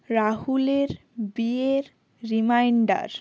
রাহুলের বিয়ের রিমাইন্ডার